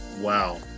Wow